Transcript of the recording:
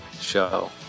show